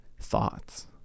thoughts